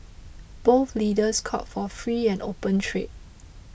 both leaders called for free and open trade